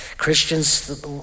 Christians